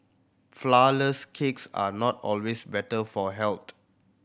flourless cakes are not always better for health